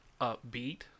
upbeat